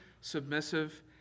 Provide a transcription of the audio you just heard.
submissive